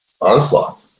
onslaught